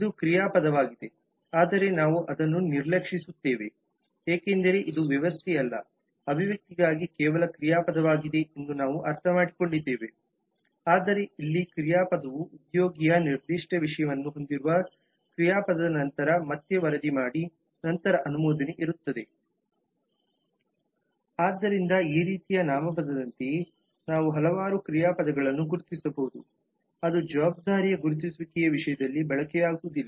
ಇಇದು ಕ್ರಿಯಾಪದವಾಗಿದೆ ಆದರೆ ನಾವು ಅದನ್ನು ನಿರ್ಲಕ್ಷಿಸುತ್ತೇವೆ ಏಕೆಂದರೆ ಇದು ವ್ಯವಸ್ಥೆಗೆ ಅಲ್ಲ ಅಭಿವ್ಯಕ್ತಿಗಾಗಿ ಕೇವಲ ಕ್ರಿಯಾಪದವಾಗಿದೆ ಎಂದು ನಾವು ಅರ್ಥಮಾಡಿಕೊಂಡಿದ್ದೇವೆ ಆದರೆ ಇಲ್ಲಿ ಕ್ರಿಯಾಪದವು ಉದ್ಯೋಗಿಯ ನಿರ್ದಿಷ್ಟ ವಿಷಯವನ್ನು ಹೊಂದಿರುವ ಕ್ರಿಯಾಪದದ ನಂತರ ಮತ್ತೆ ವರದಿ ಮಾಡಿ ನಂತರ ಅನುಮೋದನೆ ಇರುತ್ತದೆ ಆದ್ದರಿಂದ ಈ ರೀತಿಯಾಗಿ ನಾಮಪದದಂತೆಯೇ ನಾವು ಹಲವಾರು ಕ್ರಿಯಾಪದಗಳನ್ನು ಗುರುತಿಸಬಹುದು ಅದು ಜವಾಬ್ದಾರಿಯ ಗುರುತಿಸುವಿಕೆಯ ವಿಷಯದಲ್ಲಿ ಬಳಕೆಯಾಗುವುದಿಲ್ಲ